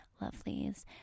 Lovelies